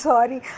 Sorry